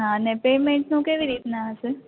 હા ને પેમેન્ટ નું કેવી રીતના હસે